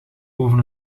boven